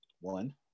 one